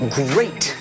great